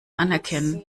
anerkennen